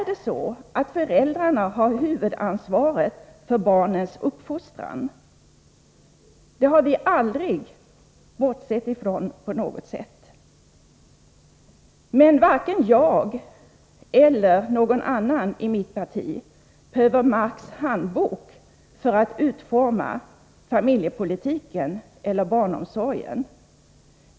Det är föräldrarna som har huvudansvaret för barnens uppfostran, och det har vi aldrig bortsett från på något sätt. Men varken jag eller någon annan i mitt parti behöver Marx handbok för att utforma familjepolitiken eller barnomsorgen.